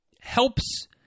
helps